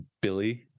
Billy